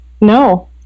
No